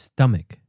Stomach